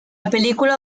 película